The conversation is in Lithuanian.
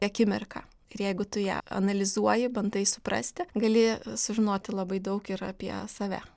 akimirką ir jeigu tu ją analizuoji bandai suprasti gali sužinoti labai daug ir apie save